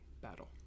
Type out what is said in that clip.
battle